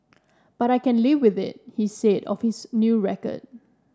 but I can live with it he said of his new record